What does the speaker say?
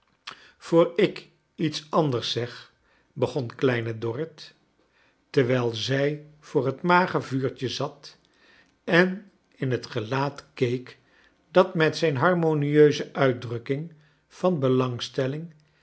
voor ik iets anders zeg begon kleine dorrit terwijl zij voor het mager vuurtje zat en in heb gelaat keek dat met zijn harmonieuse ui drukking van belangs